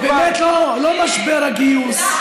זה באמת לא משבר הגיוס.